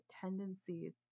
tendencies